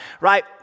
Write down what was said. Right